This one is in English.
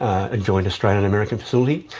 a joint australian-american facility.